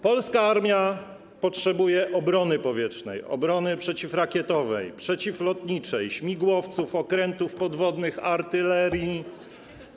Polska armia potrzebuje obrony powietrznej, obrony przeciwrakietowej, przeciwlotniczej, śmigłowców, okrętów podwodnych, artylerii.